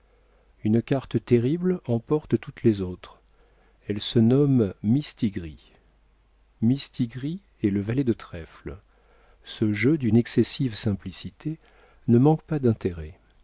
une carte terrible emporte toutes les autres elle se nomme mistigris mistigris est le valet de trèfle ce jeu d'une excessive simplicité ne manque pas d'intérêt